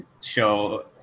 show